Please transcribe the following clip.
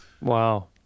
Wow